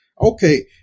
okay